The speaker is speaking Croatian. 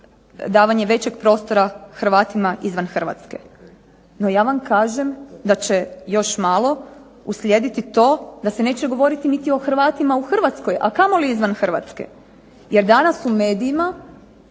davanje većeg prostora Hrvatima izvan Hrvatske. No, ja vam kažem da će još malo uslijediti to da se neće govoriti niti o Hrvatima u Hrvatskoj a kamoli izvan Hrvatske, jer danas u medijima